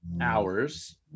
hours